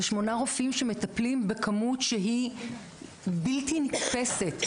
זה 8 רופאים שמטפלים בכמות שהיא בלתי נתפסת.